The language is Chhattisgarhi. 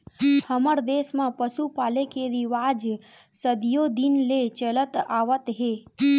हमर देस म पसु पाले के रिवाज सदियो दिन ले चलत आवत हे